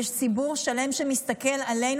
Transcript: יש ציבור שלם שמסתכל עלינו,